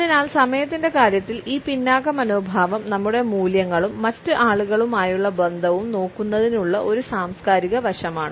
അതിനാൽ സമയത്തിന്റെ കാര്യത്തിൽ ഈ പിന്നാക്ക മനോഭാവം നമ്മുടെ മൂല്യങ്ങളും മറ്റ് ആളുകളുമായുള്ള ബന്ധവും നോക്കുന്നതിനുള്ള ഒരു സാംസ്കാരിക വശമാണ്